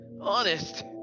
Honest